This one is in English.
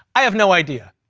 i have no idea,